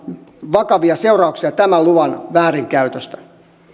vakavia seurauksia tämän luvan väärinkäytöstä